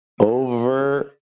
over